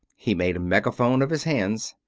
he made a megaphone of his hands.